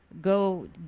go